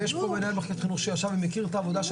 יש פה מנהל מחלקת חינוך שישב ומכיר את העובדה של